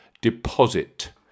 deposit